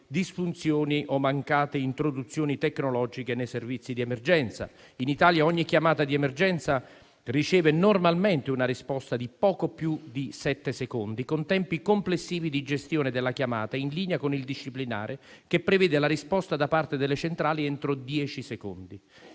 disfunzioni o mancate introduzioni tecnologiche nei servizi di emergenza. In Italia ogni chiamata di emergenza riceve normalmente una risposta di poco più di sette secondi, con tempi complessivi di gestione della chiamata in linea con il disciplinare che prevede la risposta da parte delle centrali entro dieci secondi.